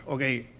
okay?